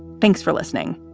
thanks for listening.